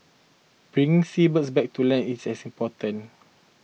bringing seabirds back to land is important